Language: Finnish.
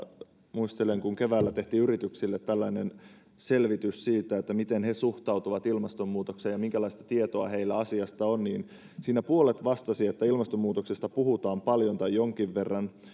muistelen kun keväällä tehtiin yrityksille tällainen selvitys siitä miten he suhtautuvat ilmastonmuutokseen ja minkälaista tietoa heillä asiasta on niin siinä puolet vastasi että ilmastonmuutoksesta puhutaan paljon tai jonkin verran